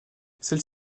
celle